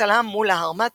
הצלם מולה הרמתי,